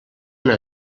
una